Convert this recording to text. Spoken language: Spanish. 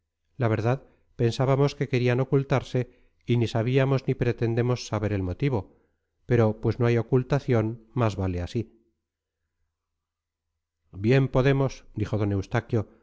la verdad pensábamos que querían ocultarse y ni sabíamos ni pretendemos saber el motivo pero pues no hay ocultación más vale así bien podemos dijo d eustaquio